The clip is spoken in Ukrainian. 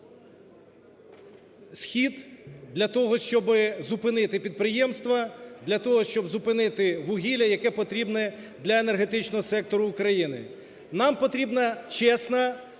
схід, для того, щоб зупинити підприємства, для того, щоб зупинити вугілля, яке потрібне для енергетичного сектору України. Нам потрібна чесна,